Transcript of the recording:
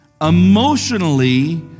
emotionally